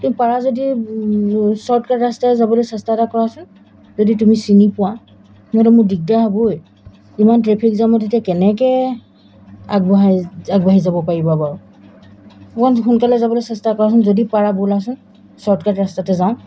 তুমি পাৰা যদি শ্বৰ্টকাট ৰাস্তাই যাবলৈ চেষ্টা এটা কৰাচোন যদি তুমি চিনি পোৱা নহ'লে মোৰ দিগদাৰ হ'ব ঐ ইমান ট্ৰেফিক জামত এতিয়া কেনেকৈ আগবঢ়াই আগবাঢ়ি যাব পাৰিবা বাৰু অকণমান সোনকালে যাবলৈ চেষ্টা কৰাচোন যদি পাৰা ব'লাচোন শ্বৰ্টকাট ৰাস্তাতে যাওঁ